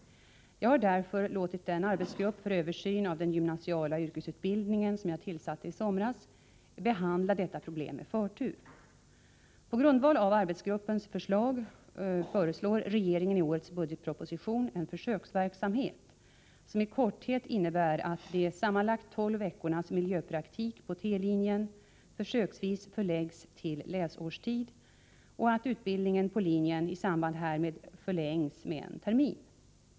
Jag har därför låtit den arbetsgrupp för översyn av den gymnasiala yrkesutbildningen som jag tillsatte i somras behandla detta problem med förtur. På grundval av arbetsgruppens förslag föreslår regeringen i årets budgetproposition en försöksverksamhet, som i korthet innebär att de sammanlagt tolv veckornas miljöpraktik på T-linjen försöksvis förläggs till läsårstid och att utbildningen på linjen i samband härmed förlängs med en termin.